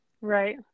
Right